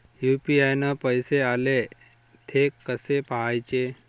UPI न पैसे आले, थे कसे पाहाचे?